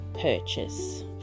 purchase